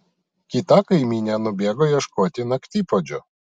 kita kaimynė nubėgo ieškoti naktipuodžio